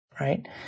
right